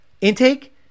intake